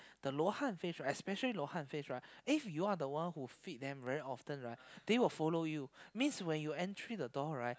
the luo-han fish right especially the luo-han fish right if you are the one who feed them very often right they will follow you means when you entry the door right